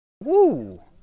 Woo